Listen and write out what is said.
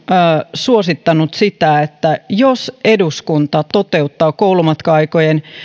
suosittanut sitä että jos eduskunta toteuttaa koulumatka aikojen